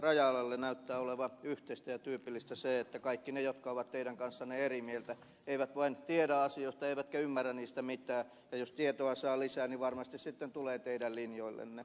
rajalalle näyttää olevan yhteistä ja tyypillistä se että kaikki ne jotka ovat teidän kanssanne eri mieltä eivät vain tiedä asioista eivätkä ymmärrä niistä mitään ja jos tietoa saa lisää niin varmasti sitten tulee teidän linjoillenne